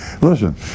Listen